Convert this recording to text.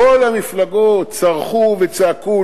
כל המפלגות צרחו וצעקו,